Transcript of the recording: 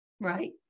right